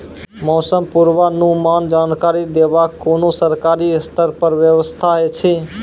मौसम पूर्वानुमान जानकरी देवाक कुनू सरकारी स्तर पर व्यवस्था ऐछि?